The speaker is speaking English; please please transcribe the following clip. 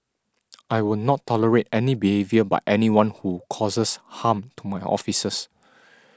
I will not tolerate any behaviour but anyone who causes harm to my officers